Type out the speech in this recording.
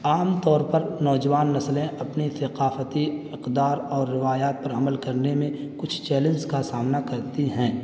عام طور پر نوجوان نسلیں اپنی ثقافتی اقدار اور روایات پر عمل کرنے میں کچھ چیلنج کا سامنا کرتی ہیں